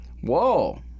Whoa